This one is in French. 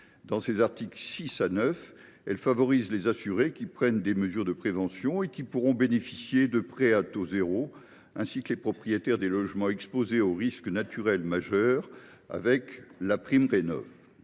Les articles 6 à 9 favorisent les assurés adoptant des mesures de prévention, qui pourront bénéficier de prêts à taux zéro, ainsi que les propriétaires de logements exposés aux risques naturels majeurs grâce au